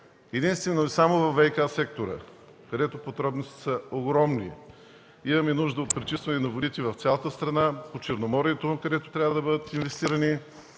единствено и само във ВиК сектора, където потребностите са огромни. Имаме нужда от пречистване на водите в цялата страна, по Черноморието, където трябва да бъдат инвестирани